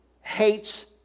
hates